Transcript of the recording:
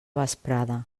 vesprada